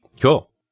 Cool